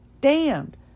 damned